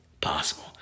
possible